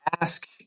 Ask